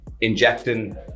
injecting